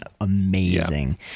amazing